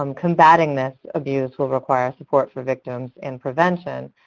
um combating this abuse will require support for victims and prevention.